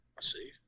See